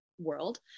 World